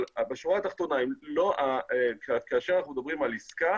אבל בשורה התחתונה, כאשר אנחנו מדברים על עסקה